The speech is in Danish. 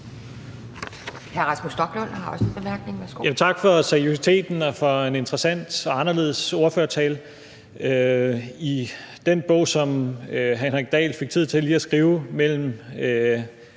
Tak for seriøsiteten og for en interessant og anderledes ordførertale. I den bog, som hr. Henrik Dahl fik tid til lige at skrive mellem